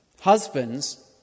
Husbands